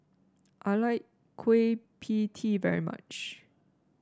I like Kueh P Tee very much